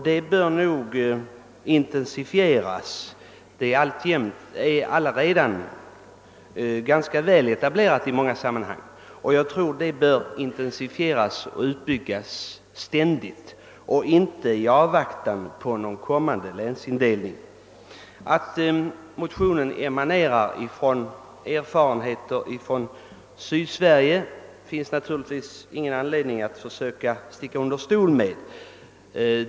Detta samarbete är redan ganska väl etablerat i många sammanhang, och det bör enligt min mening ständigt intensifieras och utbyggas och inte få anstå i avvaktan på någon kommande länsindelning. Det finns ingen anledning att sticka under stol med att motionen emanerar ur erfareheter från Sydsverige.